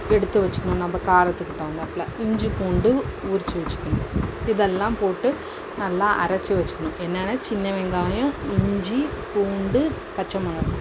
எடுத்து வைச்சுக்கணும் நம்ம காரத்துக்கு தகுந்தாப்ல இஞ்சி பூண்டு உரித்து வைச்சுக்கணும் இதெல்லாம் போட்டு நல்லா அரைச்சு வைச்சுக்கணும் என்னென்னா சின்ன வெங்காயம் இஞ்சி பூண்டு பச்சை மிளகாய்